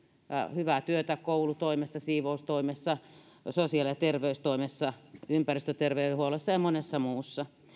hyvää työtä koulutoimessa siivoustoimessa sosiaali ja terveystoimessa ympäristöterveydenhuollossa ja monessa muussa